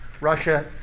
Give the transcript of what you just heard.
Russia